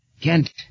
Kent